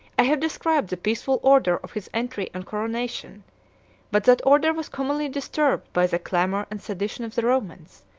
i have described the peaceful order of his entry and coronation but that order was commonly disturbed by the clamor and sedition of the romans,